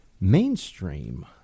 mainstream